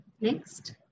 Next